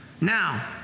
Now